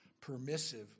permissive